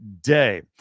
day